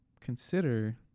consider